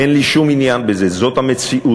אין לי שום עניין בזה, זאת המציאות.